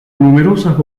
numerosas